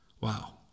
Wow